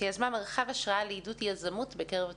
שיזמה מרחב השראה לעידוד יזמות בקרב התלמידים,